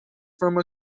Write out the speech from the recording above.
from